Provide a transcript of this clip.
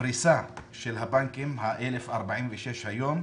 הפריסה של הבנקים, ה-1,046 היום: